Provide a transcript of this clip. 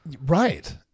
right